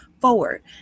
forward